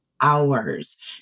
hours